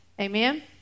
Amen